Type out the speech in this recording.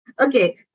Okay